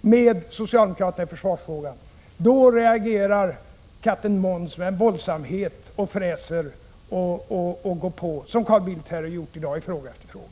med socialdemokraterna i försvarsfrågan, då reagerar katten Måns med våldsamhet och fräser och går på som Carl Bildt har gjort här i dag i fråga efter fråga.